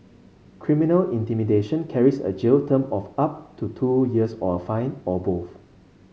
criminal intimidation carries a jail term of up to two years or a fine or both